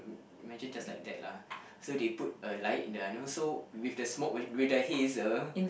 imagine just like that lah so they put a light in also with the smoke with the hazer